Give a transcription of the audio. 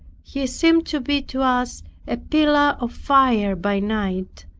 he seemed to be to us a pillar of fire by night,